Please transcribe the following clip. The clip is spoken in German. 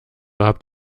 habt